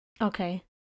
Okay